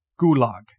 gulag